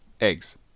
eggs